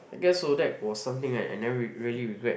I guess Odac was something that I I never really regret